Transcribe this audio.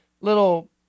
little